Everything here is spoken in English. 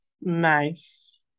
Nice